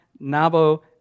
Nabo